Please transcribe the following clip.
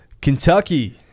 Kentucky